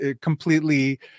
completely